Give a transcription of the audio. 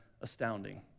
astounding